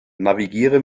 navigiere